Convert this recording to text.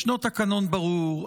ישנו תקנון ברור.